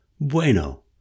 Bueno